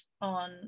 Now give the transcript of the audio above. on